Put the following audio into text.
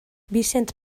vicent